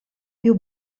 più